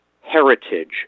heritage